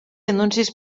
anuncis